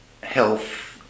health